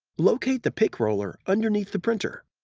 locate the pick roller underneath the printer.